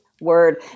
word